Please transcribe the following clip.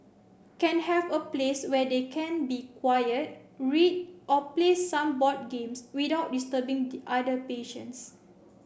can have a place where they can be quiet read or play some board games without disturbing the other patients